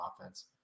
offense